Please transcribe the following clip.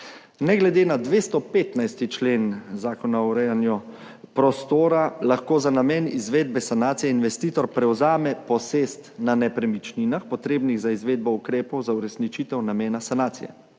Ne glede na 215. člen Zakona o urejanju prostora lahko za namen izvedbe sanacije investitor prevzame posest na nepremičninah potrebnih za izvedbo ukrepov za uresničitev namena sanacije.